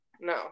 No